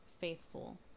faithful